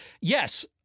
yes